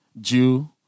Jew